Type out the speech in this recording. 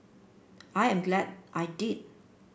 I am glad I did